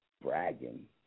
bragging